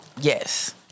Yes